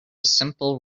simple